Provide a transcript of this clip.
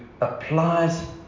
applies